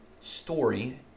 story